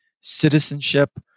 citizenship